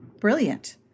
Brilliant